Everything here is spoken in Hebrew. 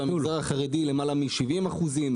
במגזר החרדי למעלה מ-70%.